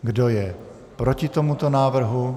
Kdo je proti tomuto návrhu?